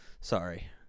Sorry